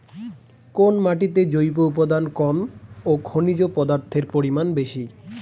কোন মাটিতে জৈব উপাদান কম ও খনিজ পদার্থের পরিমাণ বেশি?